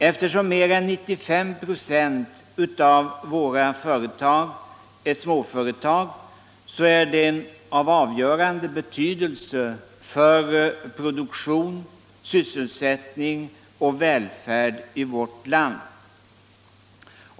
Eftersom mer än 95 96 av våra företag är småföretag, är de av avgörande betydelse för produktion, sysselsättning och välfärd i vårt land.